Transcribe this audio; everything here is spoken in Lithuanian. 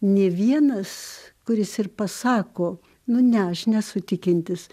nė vienas kuris ir pasako nu ne aš nesu tikintis